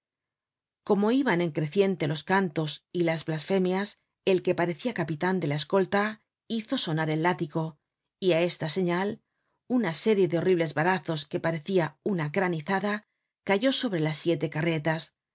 como iban en creciente los cantos y las blasfemias el que parecia capitan de la escolta hizo sonar el látigo y á esta señal una serie de horribles varazos que parecia una granizada cayó sobre las siete carretas